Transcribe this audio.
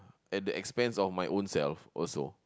at the expense of my own self also